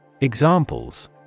Examples